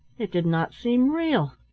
it did not seem real.